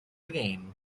again